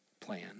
plan